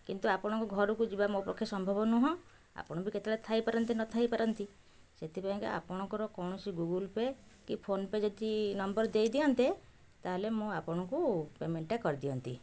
କିନ୍ତୁ ଆପଣଙ୍କ ଘରକୁ ଯିବା ମୋ ପକ୍ଷେ ସମ୍ଭବ ନୁହଁ ଆପଣ ବି କେତେବେଳେ ଥାଇପାରନ୍ତି ନଥାଇପାରନ୍ତି ସେଥିପାଇଁକା ଆପଣଙ୍କର କୌଣସି ଗୁଗଲ ପେ' କି ଫୋନ୍ ପେ' ଯଦି ନମ୍ବର ଦେଇଦିଅନ୍ତେ ତା'ହେଲେ ମୁଁ ଆପଣଙ୍କୁ ପେମେଣ୍ଟ୍ଟା କରିଦିଅନ୍ତି